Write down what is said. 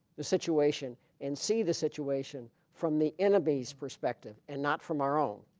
the situation and see the situation from the enemy's perspective and not from our own.